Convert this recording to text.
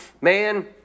Man